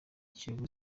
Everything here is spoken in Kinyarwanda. kiyovu